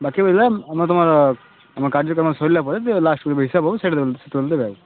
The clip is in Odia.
ବାକି ରହିଲା ଆମ ତମର ଆମ କାର୍ଯ୍ୟକ୍ରମ ସରିଲା ପରେ ଯେବେ ଲାଷ୍ଟ୍କୁ ଯେବେ ହିସାବ ହେଲା ପରେ ସେତେବେଳକୁ ଦେବେ